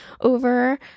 over